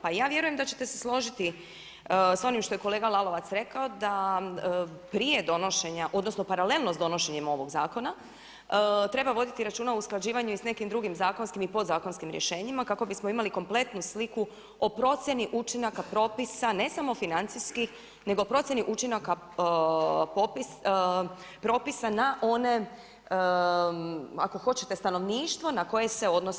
Pa ja vjerujem da ćete se složiti sa onim što je kolega Lalovac rekao da prije donošenja, odnosno paralelno sa donošenjem ovog zakona treba voditi računa o usklađivanju i sa nekim drugim zakonskim i podzakonskim rješenjima kako bismo imali kompletnu sliku o procjeni učinaka, propisa, ne samo financijskih nego o procjeni učinaka propisa na one ako hoćete stanovništvo na koje se odnosi.